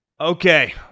okay